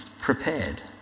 prepared